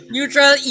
Neutral